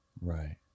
Right